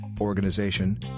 organization